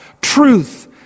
Truth